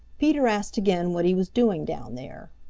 peter asked again what he was doing down there.